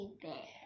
bear